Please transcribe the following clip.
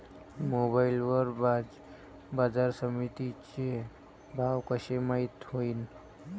Mobile वर बाजारसमिती चे भाव कशे माईत होईन?